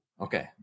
Okay